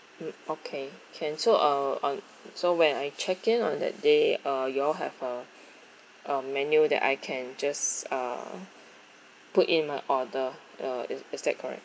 mm okay can so uh on so when I check in on that day uh you all have a uh menu that I can just uh put in my order uh is is that correct